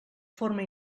forma